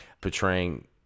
portraying